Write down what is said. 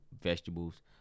vegetables